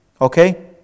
Okay